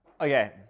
Okay